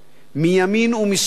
מימין ומשמאל,